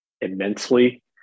immensely